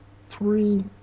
three